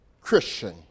Christian